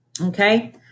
okay